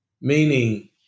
Meaning